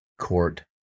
court